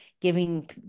giving